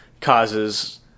causes